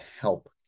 help